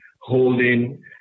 holding